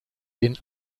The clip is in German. den